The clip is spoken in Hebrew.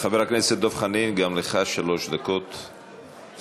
חבר הכנסת דב חנין, גם לך שלוש דקות, בבקשה.